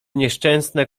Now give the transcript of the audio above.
nieszczęsne